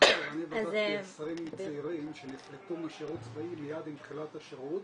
אני בדקתי ישראלים צעירים שנפלטו משירות צבאי מיד עם תחילת השירות,